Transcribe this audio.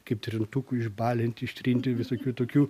kaip trintuku išbalinti ištrinti visokių tokių